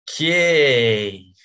Okay